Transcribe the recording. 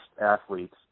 athletes